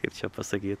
kaip čia pasakyt